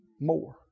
more